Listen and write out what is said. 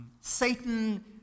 Satan